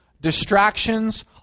Distractions